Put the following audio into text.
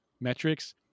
metrics